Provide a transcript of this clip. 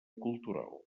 cultural